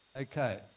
Okay